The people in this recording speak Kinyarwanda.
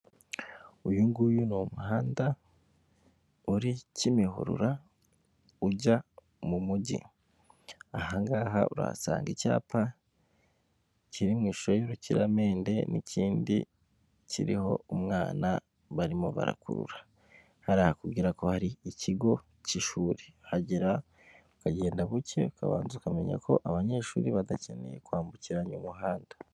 Uyu nguyu ni umuhanda uri kimihurura ujya mu mujyi aha ngaha urahasanga icyapa kiri mu ishusho y'urukiramende n'ikindi kiriho umwana barimo barakurura, hariya hakubwira ko hari ikigo cy'ishuri wahagera ukagenda buke ukabanza ukamenya ko abanyeshuri badakeneye kwambukiranya umuhanda.